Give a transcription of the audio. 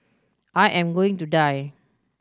I am going to die